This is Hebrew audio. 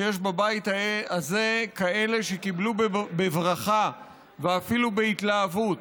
שיש בבית הזה כאלה שקיבלו בברכה ואפילו בהתלהבות